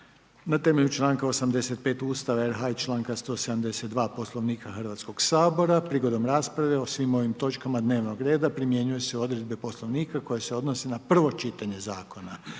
na temelju čl. 85. Ustava RH i čl. 172. Poslovnika Hrvatskog sabora. Prigodom rasprave o ovim točkama dnevnog reda, primjenjuj se odredbe Poslovnika koji se odnose na prvo čitanje.